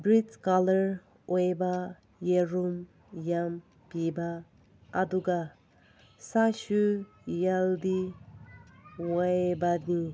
breed colour ꯑꯣꯏꯕ ꯌꯦꯔꯨꯝ ꯌꯥꯝ ꯄꯤꯕ ꯑꯗꯨꯒ ꯁꯛꯁꯨ ꯍꯦꯜꯗꯤ ꯑꯣꯏꯕꯅꯤ